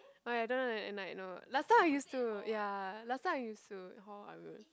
oh ya I don't know whether at night know last time I used to ya last time I used to hall I will